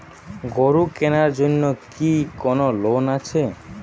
গরু কেনার জন্য কি কোন লোন আছে?